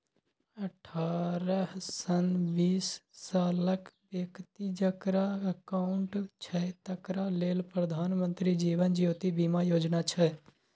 अठारहसँ बीस सालक बेकती जकरा अकाउंट छै तकरा लेल प्रधानमंत्री जीबन ज्योती बीमा योजना छै